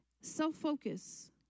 Self-focus